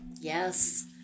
Yes